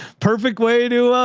perfect way to,